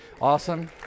awesome